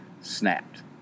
snapped